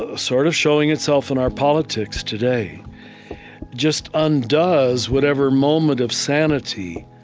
ah sort of showing itself in our politics today just undoes whatever moment of sanity,